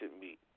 meet